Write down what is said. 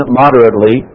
moderately